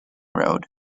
road